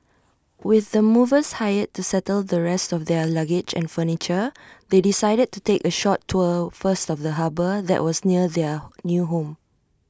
with the movers hired to settle the rest of their luggage and furniture they decided to take A short tour first of the harbour that was near their new home